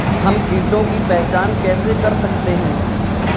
हम कीटों की पहचान कैसे कर सकते हैं?